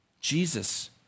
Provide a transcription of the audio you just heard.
Jesus